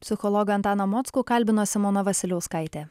psichologą antaną mockų kalbino simona vasiliauskaitė